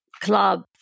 club